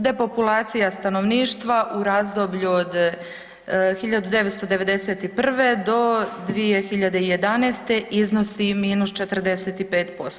Depopulacija stanovništva u razdoblju od 1991. do 2011. iznosi -45%